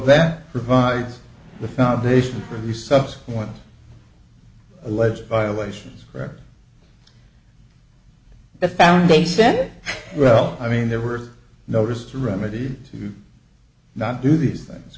that provides the foundation for the subsequent alleged violations that found a set well i mean there were notice to remedy to not do these things